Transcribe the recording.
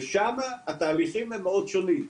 ושם התהליכים הם מאוד שונים.